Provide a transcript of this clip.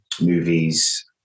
movies